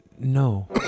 No